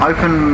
Open